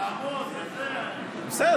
לעמוד וזה, אני לא